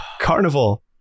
carnival